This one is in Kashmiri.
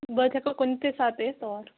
بہٕ حظ ہٮ۪کو کُنۍ تہِ ساتہٕ یِتھ تور